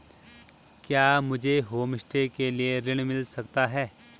क्या मुझे होमस्टे के लिए ऋण मिल सकता है?